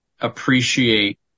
appreciate